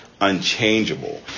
unchangeable